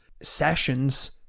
sessions